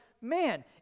Man